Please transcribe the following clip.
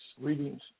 readings